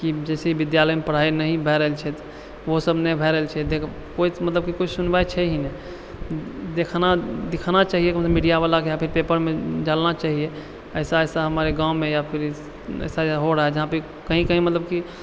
जैसे ई विद्यालयमे पढ़ाइ नहि भए रहल छै ओहोसब नहि भए रहल छै कोइ मतलब कोइ सुनवाइ छै ही नहि देखाना दिखाना चाहिए मीडियावलाके या फिर पेपरमे डालना चाहिए ऐसा ऐसा हमारे गाँवमे या फिर ऐसा ऐसा हो रहा है जहाँ भी कही कही मतलब कि